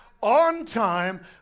on-time